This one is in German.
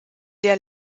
der